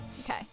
okay